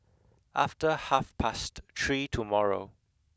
after half past three tomorrow